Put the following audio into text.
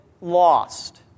lost